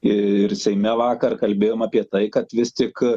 ir seime vakar kalbėjom apie tai kad vis tik